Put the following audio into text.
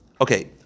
Okay